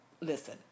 listen